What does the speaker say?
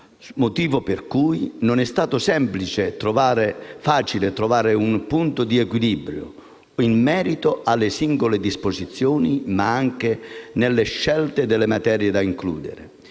motivo per cui non è stato sempre facile trovare un punto di equilibrio in merito alle singole disposizioni, ma anche nella scelta delle materie da includere.